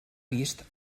vist